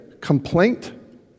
Complaint